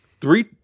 three